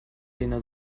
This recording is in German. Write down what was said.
lena